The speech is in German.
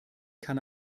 kann